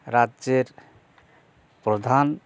রাজ্যের প্রধান